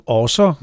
også